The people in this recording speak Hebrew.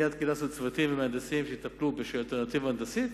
מייד כינסנו צוותים עם מהנדסים שיטפלו באלטרנטיבה ההנדסית.